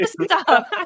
Stop